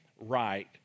right